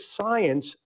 science